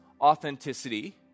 authenticity